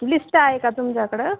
list आहे का तुमच्याकडं